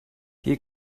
hier